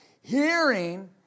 Hearing